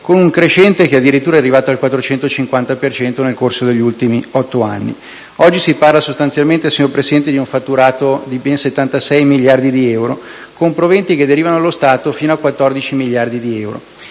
con un crescente che, addirittura, è arrivato al 450 per cento nel corso degli ultimi otto anni). Oggi si parla sostanzialmente, presidente Letta, di un fatturato di ben 76 miliardi di euro, con proventi che derivano allo Stato fino a 14 miliardi di euro.